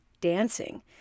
dancing